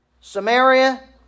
Samaria